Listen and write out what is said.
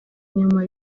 nyuma